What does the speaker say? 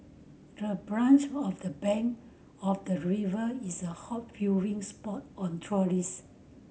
the branch of the bank of the river is a hot viewing spot on tourist